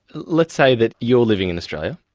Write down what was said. let's say that you're living in australia,